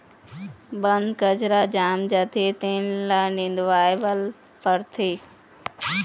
बन कचरा जाम जाथे तेन ल निंदवाए बर परथे